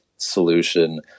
solution